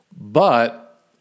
But